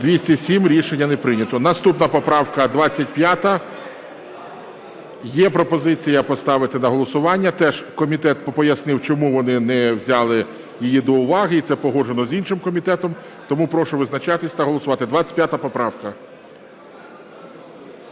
За-207 Рішення не прийнято. Наступна поправка 25. Є пропозиція поставити на голосування, теж комітет пояснив чому вони не взяли її до уваги і це погоджено з іншим комітетом. Тому прошу визначатися та голосувати, 25 поправка.